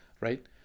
right